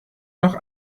noch